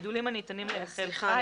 "גידולים הניתנים להיאכל חי"